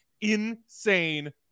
insane